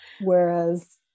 whereas